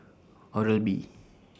Oral B